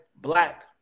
black